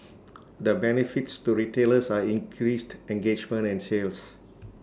the benefits to retailers are increased engagement and sales